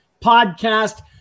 Podcast